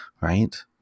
right